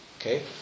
Okay